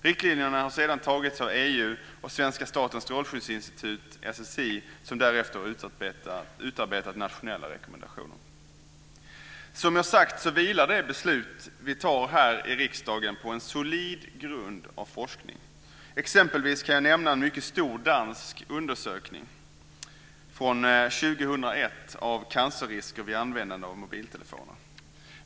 Riktlinjerna har sedan antagits av EU och svenska Statens strålskyddsinstitut, SSI, som därefter har utarbetat nationella rekommendationer. Som jag har sagt så vilar de beslut som vi fattar här i riksdagen på en solid grund av forskning. Exempelvis kan jag nämna en mycket stor dansk undersökning från 2001 av cancerrisker vid användande av mobiltelefoner.